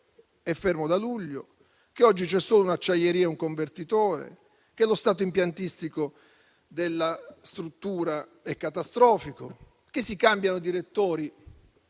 è fermo da luglio; che oggi ci sono solo un'acciaieria e un convertitore; che lo stato impiantistico della struttura è catastrofico; che si cambiano i direttori